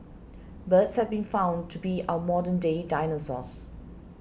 birds have been found to be our modern day dinosaurs